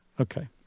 Okay